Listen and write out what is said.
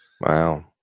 wow